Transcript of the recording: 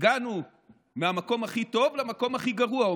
הגענו מהמקום הכי טוב למקום הכי גרוע,